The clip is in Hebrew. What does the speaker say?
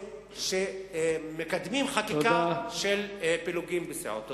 הזה שמקדמים חקיקה של פילוגים בסיעות.